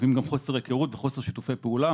לפעמים גם חוסר היכרות וחוסר שיתופי פעולה,